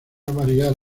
variar